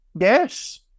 Yes